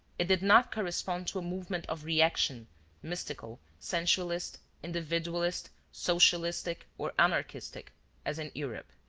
it did not correspond to a movement of reaction mystical, sensualist, individualist, socialistic or anarchistic as in europe.